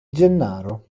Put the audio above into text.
gennaro